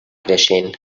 creixent